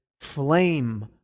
flame